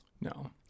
No